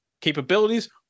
capabilities